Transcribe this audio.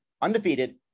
undefeated